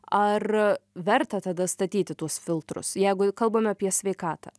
ar verta tada statyti tuos filtrus jeigu jau kalbame apie sveikatą